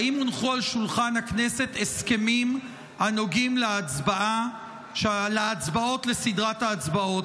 האם הונחו על שולחן הכנסת הסכמים הנוגעים לסדרת ההצבעות?